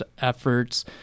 efforts